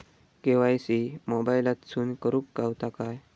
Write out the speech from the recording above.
KYC मोबाईलातसून करुक गावता काय?